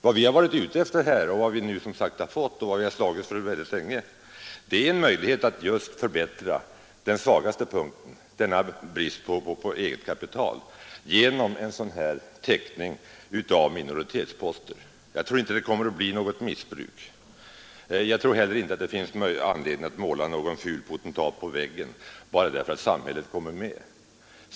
Vad vi mycket länge har slagits för och nu har fått till stånd är en möjlighet att åstadkomma en förbättring på denna den svagaste punkten, dvs. bristen på eget kapital, genom teckning av minoritetsposter. Jag tror inte att det kommer att bli något missbruk i detta sammanhang. Jag tror inte heller att det finns anledning att måla någon ful potentat på väggen bara därför att samhället kommer med.